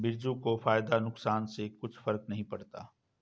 बिरजू को फायदा नुकसान से कुछ फर्क नहीं पड़ता